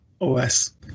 OS